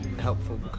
helpful